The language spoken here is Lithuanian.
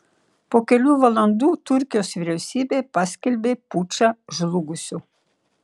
po kelių valandų turkijos vyriausybė paskelbė pučą žlugusiu